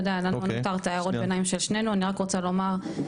אני רק רוצה לומר,